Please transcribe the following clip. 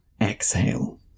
exhale